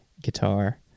guitar